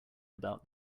about